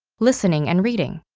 listening and reading.